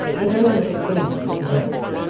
and very little acquainted with the world,